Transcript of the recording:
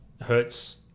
hurts